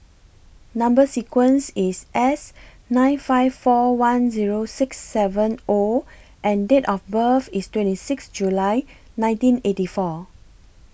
Number sequence IS S nine five four one Zero six seven O and Date of birth IS twenty six July nineteen eighty four